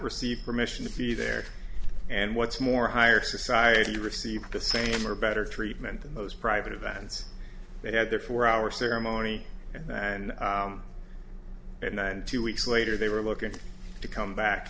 receive permission to be there and what's more higher society received the same or better treatment than those private events they had their four hour ceremony and then and then two weeks later they were looking to come back